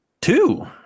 Two